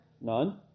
none